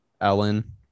Ellen